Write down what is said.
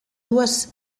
dues